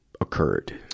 occurred